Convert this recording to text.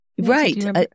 Right